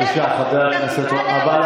בבקשה, חבר הכנסת, שאתם מוסרים לו את המדינה.